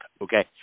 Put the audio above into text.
okay